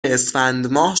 اسفندماه